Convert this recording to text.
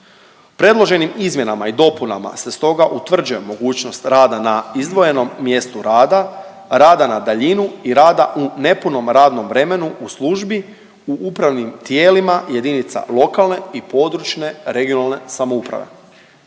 Predloženim izmjenama i dopunama se stoga utvrđuje mogućnost rada na izdvojenom mjestu rada, rada na daljinu i rada u nepunom radnom vremenu u službi u upravnim tijelima jedinica lokalne i područne (regionalne) samouprave